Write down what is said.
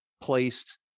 placed